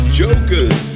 jokers